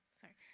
Sorry